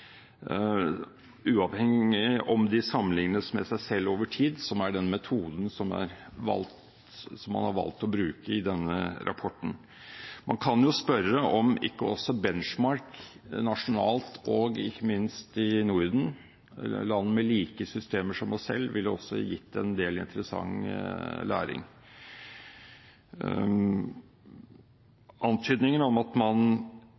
uavhengig av om de sammenlignes med seg selv over tid, som er den metoden man har valgt å bruke i denne rapporten. Man kan jo spørre om ikke også «benchmarking», nasjonalt og ikke minst i Norden, mot land med like systemer som oss selv, også ville gitt en del interessant læring. Antydningen om at man